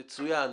יצוין,